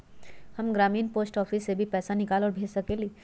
हम ग्रामीण post office से भी पैसा निकाल और भेज सकेली?